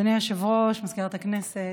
אדוני היושב-ראש, מזכירת הכנסת,